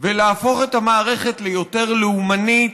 ולהפוך את המערכת ליותר לאומנית,